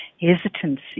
hesitancy